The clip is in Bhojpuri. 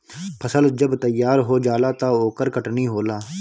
फसल जब तैयार हो जाला त ओकर कटनी होला